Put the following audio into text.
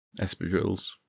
Espadrilles